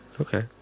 Okay